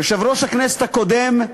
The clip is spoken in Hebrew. יושב-ראש הכנסת הקודם,